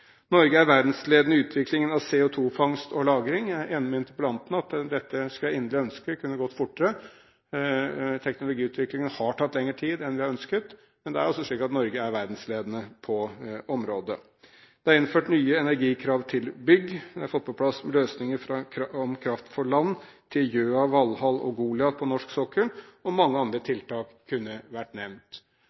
Norge er verdensledende innen utviklingen av CO2-fangst og -lagring. Jeg er enig med interpellanten, dette skulle jeg inderlig ønske gikk fortere. Teknologiutviklingen har tatt lengre tid enn vi har ønsket, men det er altså slik at Norge er verdensledende på området. Det er innført nye energikrav til bygg, vi har fått på plass løsninger om kraft fra land til Gjøa, Valhall og Goliat på norsk sokkel. Mange andre tiltak kunne vært nevnt.